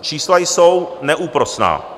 Čísla jsou neúprosná.